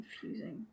confusing